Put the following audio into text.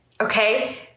okay